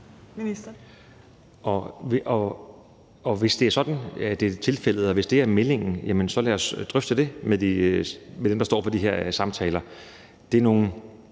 (Magnus Heunicke): Hvis det er tilfældet og det er meldingen, så lad os drøfte det med dem, der står for de her samtaler.